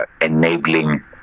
enabling